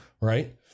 right